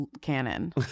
canon